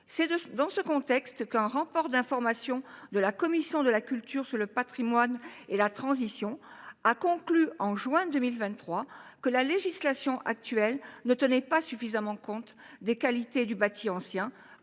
C’est dans ce contexte qu’un rapport d’information de la commission de la culture sur le patrimoine et la transition écologique a conclu, en juin 2023, que la législation actuelle ne tenait pas suffisamment compte des qualités du bâti ancien,